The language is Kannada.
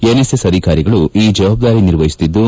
ಎನ್ಎಸ್ಎಸ್ ಅಧಿಕಾರಿಗಳು ಈ ಜವಾಬ್ದಾರಿ ನಿರ್ವಹಿಸುತ್ತಿದ್ದು